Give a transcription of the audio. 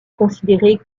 considérée